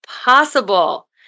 possible